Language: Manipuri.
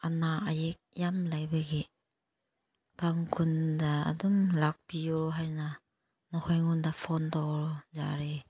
ꯑꯅꯥ ꯑꯌꯦꯛ ꯌꯥꯝ ꯂꯩꯕꯒꯤ ꯇꯥꯡ ꯀꯨꯟꯗ ꯑꯗꯨꯝ ꯂꯥꯛꯄꯤꯌꯣ ꯍꯥꯏꯅ ꯅꯈꯣꯏ ꯑꯩꯉꯣꯟꯗ ꯐꯣꯟ ꯇꯧꯔꯛꯑꯣ ꯌꯥꯔꯦ